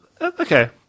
Okay